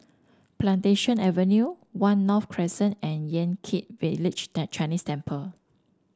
Plantation Avenue One North Crescent and Yan Kit Village Chinese Temple